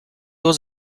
was